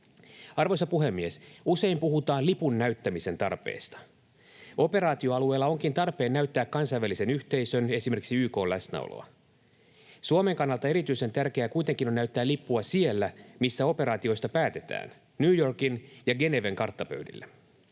Arvoisa puhemies! Usein puhutaan lipun näyttämisen tarpeesta. Operaatioalueella onkin tarpeen näyttää kansainvälisen yhteisön, esimerkiksi YK:n, läsnäoloa. Suomen kannalta erityisen tärkeää kuitenkin on näyttää lippua siellä, missä operaatioista päätetään: New Yorkin ja Geneven karttapöydillä.